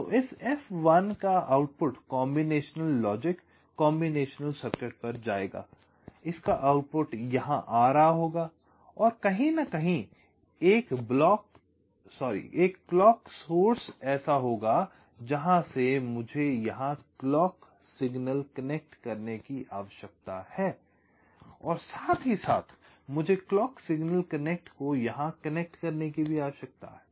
तो इस F1 का output combination logic combinational circuit पर जाएगा इसका आउटपुट यहाँ आ रहा होगा और कहीं ना कहीं एक क्लॉक सोर्स होगा जहाँ से मुझे यहाँ क्लॉक सिग्नल कनेक्ट करने की आवश्यकता है और साथ ही साथ मुझे क्लॉक सिग्नल कनेक्ट को यहाँ कनेक्ट करने की भी आवश्यकता है